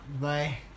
bye